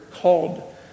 called